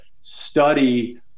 study